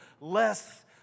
less